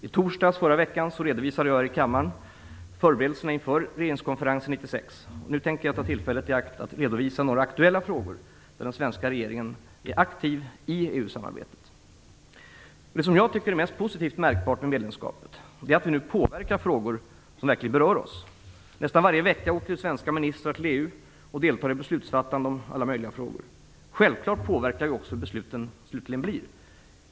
I torsdags redovisade jag här i kammaren förberedelserna inför regeringskonferensen 1996. Nu tänker jag ta tillfället i akt att redovisa några aktuella frågor i EU-samarbetet, där den svenska regeringen är aktiv. Det som jag tycker är mest positivt märkbart med medlemskapet är att vi nu påverkar frågor som verkligen berör oss. Nästan varje vecka åker svenska ministrar till EU och deltar i beslutsfattande om alla möjliga frågor. Självklart påverkar besluten hur det slutligen blir.